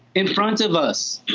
in front of us.